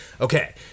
okay